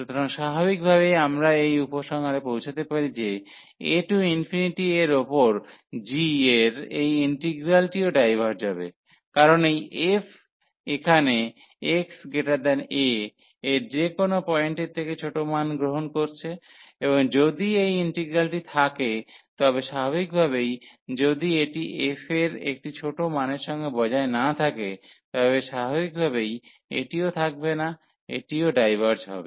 সুতরাং স্বাভাবিকভাবেই আমরা এই উপসংহারে পৌঁছাতে পারি যে a টু ∞ এর উপর g এর এই ইন্টিগ্রালটি ও ডাইভার্জ হবে কারণ এই f এখানে xa এর যে কোনও পয়েন্টের থেকে ছোট মান গ্রহণ করছে এবং যদি এই ইন্টিগ্রালটি থাকে তাই স্বাভাবিকভাবেই যদি এটি f এর একটি ছোট মানের সঙ্গে বজায় না থাকে তবে স্বাভাবিকভাবেই এটিও থাকবে না এটিও ডাইভার্জ হবে